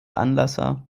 anlasser